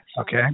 Okay